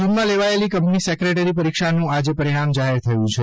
જૂનમાં લેવાયેલી company secretary પરીક્ષાનું આજે પરિણામ જાહેર થયું છે